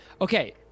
okay